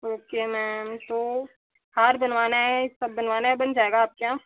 okay ma'am तो हार बनवाना है सब बनवाना है बन जाएगा आपके यहाँ